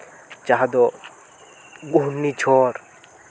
ᱡᱟᱦᱟᱸ ᱫᱚ ᱜᱷᱩᱨᱱᱤ ᱦᱚᱭ